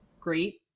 great